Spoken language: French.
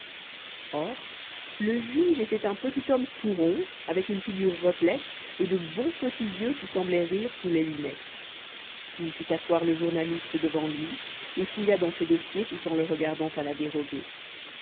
le juge était un petit homme tout rond avec une figure replète et de bons petits yeux qui semblaient rire sous les lunettes il fit asseoir le journaliste devant lui et fouilla dans ses dossiers tout en le regardant à la dérobée